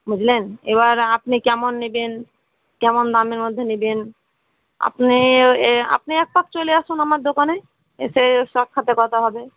বুঝলেন এবার আপনি কেমন নেবেন কেমন দামের মধ্যে নেবেন আপনি ও এ আপনি এক কাজ চলে আসুন আমার দোকানে এসে ও সাক্ষাতে কথা হবে